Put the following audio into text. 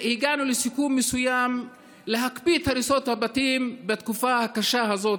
הגענו לסיכום מסוים: להקפיא את הריסות הבתים בתקופה הקשה הזאת,